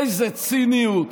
איזו ציניות,